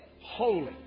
Holy